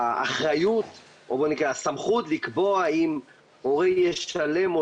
האחריות או הסמכות לקבוע אם הורה ישלם או